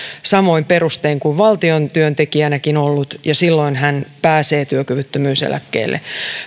samoin perustein kuin valtion työntekijänäkin ollut ja silloin hän pääsee työkyvyttömyyseläkkeelle